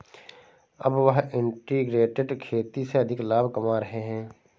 अब वह इंटीग्रेटेड खेती से अधिक लाभ कमा रहे हैं